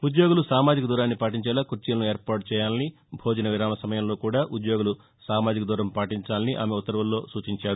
ఉద్యోగులు సామాజిక దూరాన్ని పాటించేలా కుర్చీలను ఏర్పాటు చేయాలని భోజన విరామ సమయంలో కూడా ఉద్యోగులు సామాజిక దూరం పాటించాలని ఆమె ఉత్తర్వుల్లో సూచించారు